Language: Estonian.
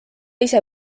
ise